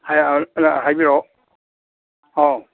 ꯍꯥꯏꯕꯤꯔꯛꯎ ꯑꯧ